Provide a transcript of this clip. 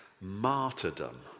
martyrdom